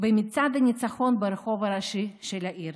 במצעד הניצחון ברחוב הראשי של העיר.